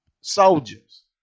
soldiers